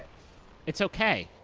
it's okay.